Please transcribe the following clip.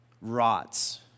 rots